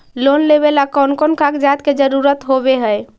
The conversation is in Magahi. लोन लेबे ला कौन कौन कागजात के जरुरत होबे है?